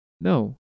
no